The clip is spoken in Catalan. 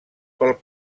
pel